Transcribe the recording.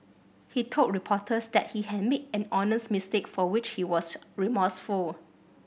he told reporters that he had made an honest mistake for which he was remorseful